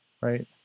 right